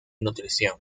nutrición